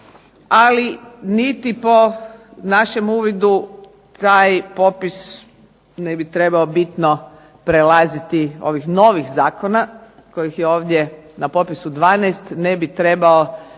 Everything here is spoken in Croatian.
Ali niti po našem uvidu taj popis ne bi trebao bitno prelaziti ovih novih zakona kojih je ovdje na popisu 12 ne bi trebao kad